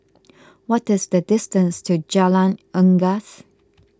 what is the distance to Jalan Unggas